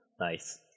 Nice